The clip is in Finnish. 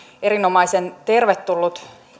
erinomaisen tervetullut